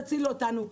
תצילו אותנו.